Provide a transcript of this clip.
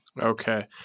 Okay